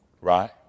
Right